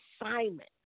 assignment